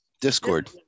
Discord